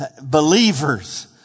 believers